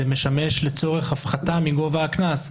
זה משמש לצורך הפחתה מגובה הקנס.